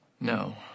No